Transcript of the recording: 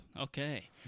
Okay